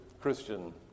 Christian